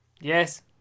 Yes